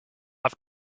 have